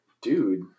Dude